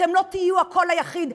אתם לא תהיו הקול היחיד.